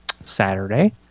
Saturday